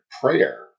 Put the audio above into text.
prayer